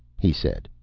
he said,